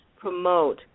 promote